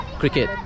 cricket